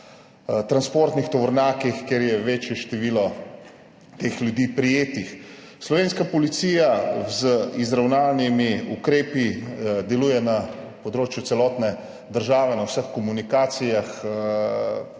transportnih tovornjakih, kjer je večje število teh ljudi prijetih. Slovenska policija z izravnalnimi ukrepi deluje na področju celotne države, na vseh komunikacijah